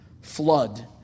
flood